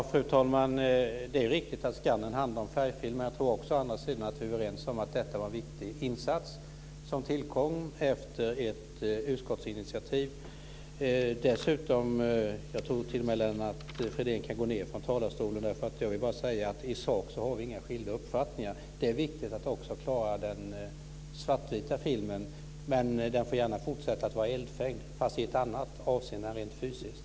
Fru talman! Det är riktigt att skannern är avsedd för färgfilm, men jag tror å andra sidan att vi är överens om att den var en viktig insats, som tillkom efter ett utskottsinitiativ. Jag vill bara säga att vi i sak inte har några skilda uppfattningar. Det är viktigt att rädda också den svartvita filmen, men den får gärna fortsätta att vara eldfängd, fast i ett annat avseende än rent fysiskt.